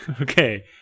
okay